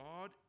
God